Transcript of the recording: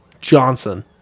johnson